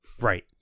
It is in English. Right